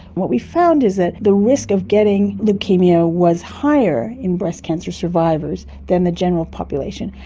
what we found is that the risk of getting leukaemia was higher in breast cancer survivors than the general population,